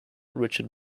richard